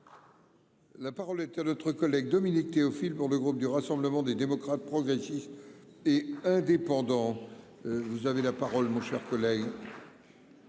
La parole est à notre collègue Dominique Théophile pour le groupe du Rassemblement des démocrates, progressistes. Et indépendants. Vous avez la parole, mon cher collègue.